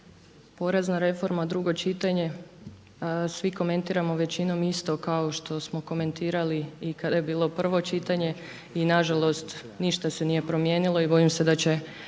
porezna reforma drugo čitanje, svi komentiramo većinom isto kao što smo komentirali i kada je bilo prvo čitanje i na žalost ništa se nije promijenilo i bojim se da će